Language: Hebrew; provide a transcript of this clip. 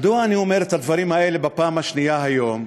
מדוע אני אומר את הדברים האלה בפעם השנייה היום?